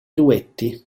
duetti